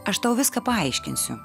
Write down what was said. aš tau viską paaiškinsiu